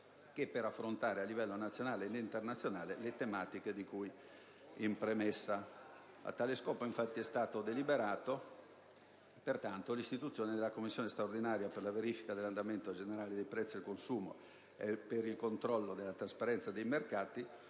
che affrontando a livello nazionale e internazionale le tematiche di cui in premessa. A tale scopo, infatti, è stata deliberata l'istituzione della Commissione straordinaria per la verifica dell'andamento generale dei prezzi al consumo e per il controllo della trasparenza dei mercati,